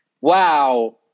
Wow